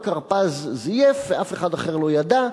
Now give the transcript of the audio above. רק הרפז זייף ואף אחד אחר לא ידע,